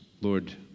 Lord